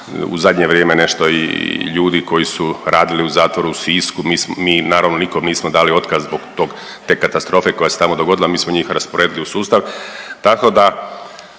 u zadnje vrijeme nešto i ljudi koji su radili u zatvoru u Sisku, mi naravno nikom nismo dali otkaz zbog tog, te katastrofe koja se tamo dogodila, mi smo njih rasporedili u sustav.